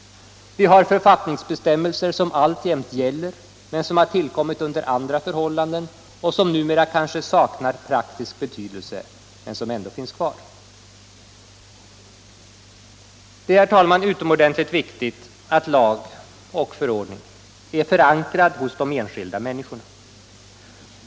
Vi har författningsbestämmelser som alltjämt gäller men som har tillkommit under andra förhållanden och som numera kanske saknar praktisk betydelse men ändå finns kvar. Det är utomordentligt viktigt att lag — och förordning — är förankrad hos de enskilda människorna.